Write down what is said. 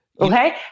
Okay